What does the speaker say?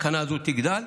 התקנה הזו תגדל.